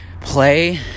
play